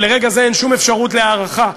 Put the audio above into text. ולרגע זה אין שום אפשרות להארכה,